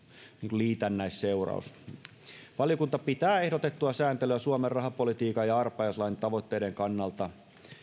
liitännäisseuraus valiokunta pitää ehdotettua sääntelyä suomen rahapolitiikan ja arpajaislain tavoitteiden kannalta